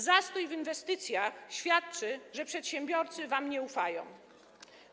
Zastój w inwestycjach świadczy, że przedsiębiorcy wam nie ufają.